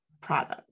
product